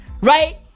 Right